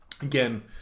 Again